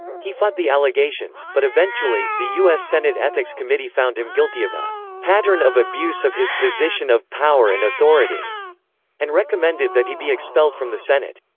he fought the allegations, but eventually, the us senate ethics committee found him guilty of a pattern of abuse of his position of power and authority and recommended that he be expelled from the senate.